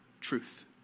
truth